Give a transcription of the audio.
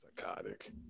Psychotic